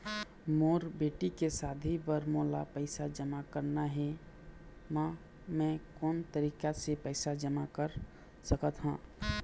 मोर बेटी के शादी बर मोला पैसा जमा करना हे, म मैं कोन तरीका से पैसा जमा कर सकत ह?